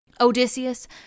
Odysseus